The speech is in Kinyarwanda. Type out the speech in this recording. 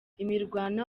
imirwano